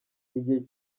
igihe